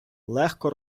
легко